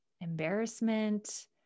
embarrassment